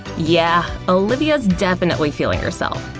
yeah, olivia's definitely feeling herself.